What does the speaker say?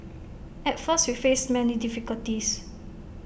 at first we faced many difficulties